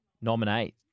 Nominate